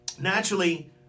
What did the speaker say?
naturally